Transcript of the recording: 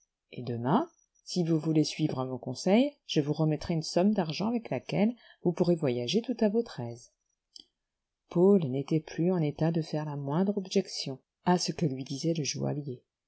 et demain si vous voulez suivre mon conseil je vous remettrai une somme d'argent avec laquelle vous pourrez voyager tout à votre aise paul n'était plus en état de faire la moindre objection à ce que lui disait le